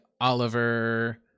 oliver